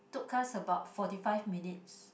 took us about forty five minutes